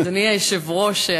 אדוני היושב-ראש,